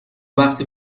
وقتی